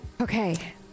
Okay